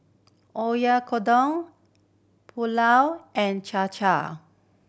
Oyakodon Pulao and